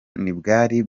ntibwari